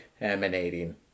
emanating